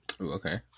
Okay